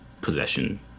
possession